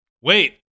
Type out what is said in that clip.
Wait